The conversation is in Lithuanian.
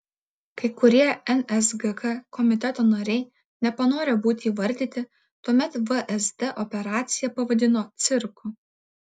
kai kurie nsgk komiteto nariai nepanorę būti įvardyti tuomet vsd operaciją pavadino cirku